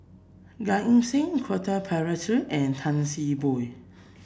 Gan Eng Seng Quentin Pereira and Tan See Boo